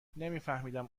نمیفهمیدم